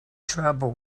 trouble